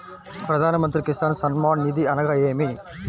ప్రధాన మంత్రి కిసాన్ సన్మాన్ నిధి అనగా ఏమి?